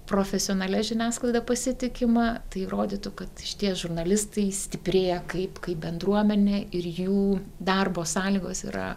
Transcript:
profesionalia žiniasklaida pasitikima tai rodytų kad išties žurnalistai stiprėja kaip kaip bendruomenė ir jų darbo sąlygos yra